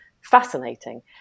fascinating